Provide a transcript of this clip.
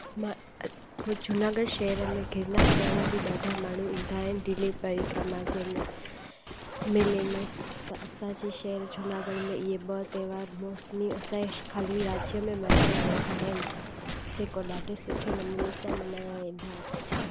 मां जूनागढ़ शहर में घिरनार चढ़ण बि ॾाढा माण्हू ईंदा आहिनि लिली परिक्रमा जे में मेले में त असांजे शहरु जूनागढ़ में इहे ॿ त्योहार असांजे खाली राज्य में मल्हाया वेंदा आहिनि जेको ॾाढे सुठे नमूने सां मल्हाया वेंदा आहिनि